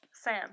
Sam